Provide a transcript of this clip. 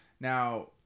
now